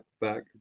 back